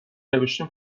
نوشتین